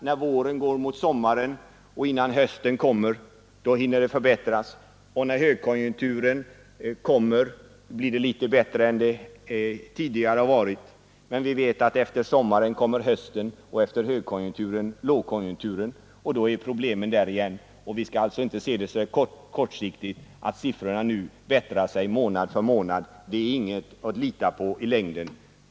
När våren går mot sommaren och innan hösten kommer hinner situationen förbättras, och när högkonjunkturen kommer blir det litet bättre än det tidigare har varit. Men vi vet att efter sommaren kommer hösten och efter högkonjunkturen lågkonjunkturen, och då är problemen där igen. Vi skall alltså inte se det kortsiktigt. Att siffrorna nu bättrar sig månad för månad är inget att lita på i längden.